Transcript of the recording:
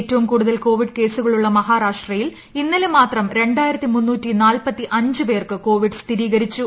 ഏറ്റവും കൂടുതൽ കോവിഡ് കേസുകളുള്ള മഹാരാഷ്ട്രയിൽ ഇന്നലെ മാത്രം രണ്ടായിരത്തി മുന്നൂറ്റി നാൽപ്പത്തി അഞ്ച് പേർക്ക് കോവിഡ് സ്ഥിരീകരിച്ചു